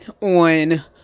on